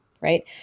right